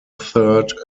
third